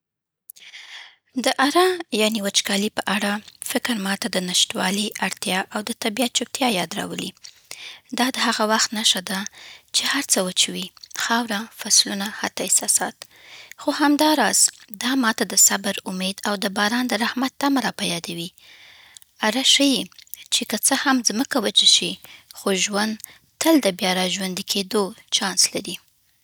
د عره یعني وچکالي په اړه فکر ما ته د نشتوالي، اړتیا، او د طبیعت چوپتیا یاد راولي. دا د هغه وخت نښه ده چې هر څه وچوي؛ خاوره، فصلونه، حتی احساسات. خو همداراز دا ما ته د صبر، امید، او د باران د رحمت تمه راپه یادوي. عره ښيي چې که څه هم ځمکه وچه شي، خو ژوند تل د بیا راژوندي کېدو چانس لري.